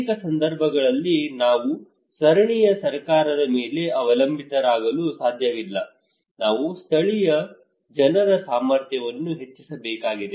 ಅನೇಕ ಸಂದರ್ಭಗಳಲ್ಲಿ ನಾವು ಸ್ಥಳೀಯ ಸರ್ಕಾರದ ಮೇಲೆ ಅವಲಂಬಿತರಾಗಲು ಸಾಧ್ಯವಿಲ್ಲ ನಾವು ಸ್ಥಳೀಯ ಜನರ ಸಾಮರ್ಥ್ಯವನ್ನು ಹೆಚ್ಚಿಸಬೇಕಾಗಿದೆ